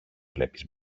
βλέπεις